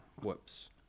Whoops